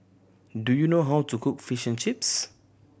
do you know how to cook Fish and Chips